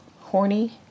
horny